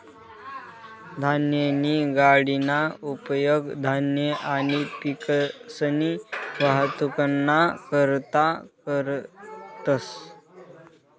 धान्यनी गाडीना उपेग धान्य आणि पिकसनी वाहतुकना करता करतंस